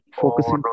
focusing